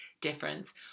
difference